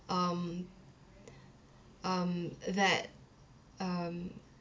um um that um